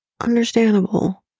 understandable